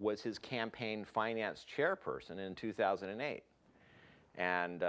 was his campaign finance chair person in two thousand and eight and